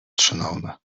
tráthnóna